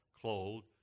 clothed